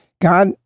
God